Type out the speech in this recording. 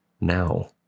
Now